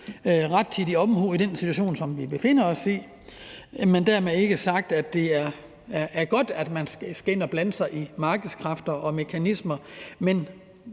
rettidig omhu i den situation, som vi befinder os i, men dermed ikke sagt, at det er godt, at man skal ind at blande sig i markedskræfter og -mekanismer. Men